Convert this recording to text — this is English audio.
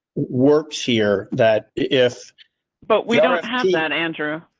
works here that if but we don't have that andrew.